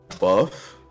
buff